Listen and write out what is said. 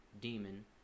demon